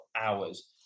hours